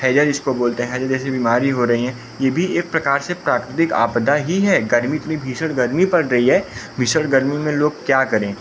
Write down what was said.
हैज़ा जिसको बोलते हैं हैज़ा जैसी बीमारी हो रही है यह भी एक प्रकार से प्राकृतिक आपदा ही है गर्मी इतनी भीषण गर्मी पद रही है भीषण गर्मी में लोग क्या करें